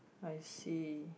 I see